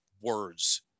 words